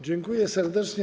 Dziękuję serdecznie.